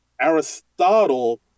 Aristotle